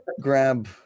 grab